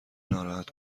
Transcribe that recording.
ناراحت